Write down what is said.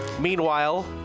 Meanwhile